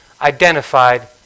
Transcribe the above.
identified